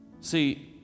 See